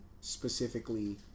specifically